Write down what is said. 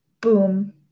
Boom